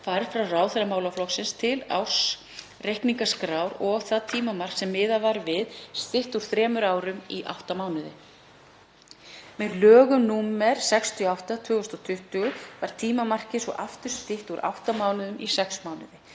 færð frá ráðherra málaflokksins til ársreikningaskrár og það tímamark sem miðað var við stytt úr þremur árum í átta mánuði. Með lögum nr. 68/2020 var tímamarkið svo aftur stytt úr átta mánuðum í sex mánuði.